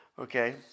okay